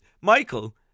Michael